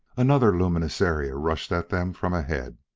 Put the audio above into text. another luminous area rushed at them from ahead.